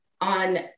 on